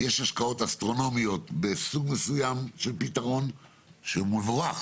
שיש השקעות אסטרונומיות בסוג מסוים של פתרון שהוא מבורך,